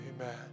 Amen